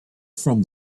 from